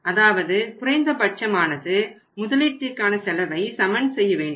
அதாவது குறைந்தபட்சமானது முதலீட்டிற்கான செலவை சமன் செய்ய வேண்டும்